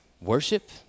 worship